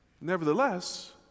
Nevertheless